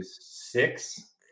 six